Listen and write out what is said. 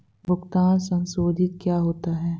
भुगतान संसाधित क्या होता है?